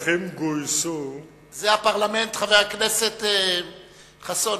זה הפרלמנט, חבר הכנסת חסון.